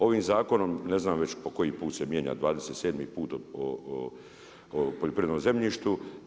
Ovim zakonom, ne znam već po koji put se mijenja, 27. put o poljoprivrednom zemljištu.